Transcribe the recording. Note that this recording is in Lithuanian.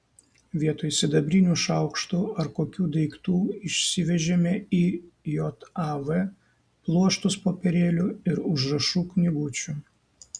vietoj sidabrinių šaukštų ar kokių daiktų išsivežėme į jav pluoštus popierėlių ir užrašų knygučių